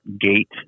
gate